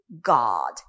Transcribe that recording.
God